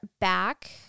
back